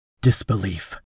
Disbelief